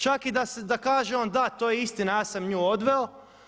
Čak i da kaže on da, to je istina, ja sam nju odveo.